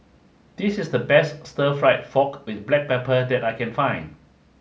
this is the best Stir Fry Pork With Black Pepper that I can find